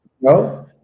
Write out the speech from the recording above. No